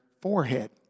forehead